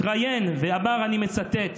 התראיין ואמר, אני מצטט: